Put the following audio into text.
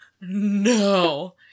no